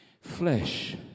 flesh